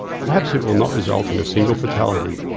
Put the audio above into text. perhaps it will not result in a single fatality.